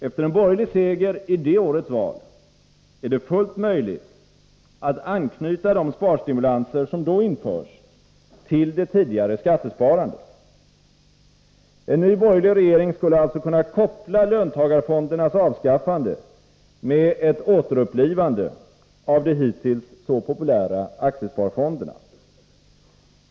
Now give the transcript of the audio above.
Efter en borgerlig seger i det årets val är det fullt möjligt att anknyta de sparstimulanser som då införs till det tidigare skattesparandet. En ny borgerlig regering skulle alltså kunna koppla löntagarfondernas avskaffande till ett återupplivande av de hittills så populära aktiesparfonderna.